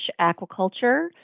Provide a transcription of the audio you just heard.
aquaculture